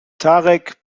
tarek